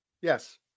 Yes